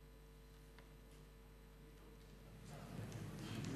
אני